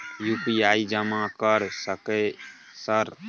UPI जमा कर सके सर?